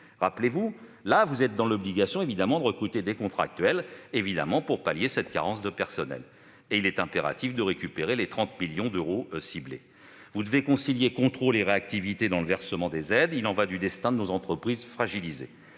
ces services -, vous êtes dans l'obligation de recruter des contractuels pour pallier cette carence de personnel. Il est impératif de récupérer les 30 millions d'euros ciblés. Vous devez concilier contrôle et réactivité dans le versement des aides. Il y va du destin de nos entreprises fragilisées.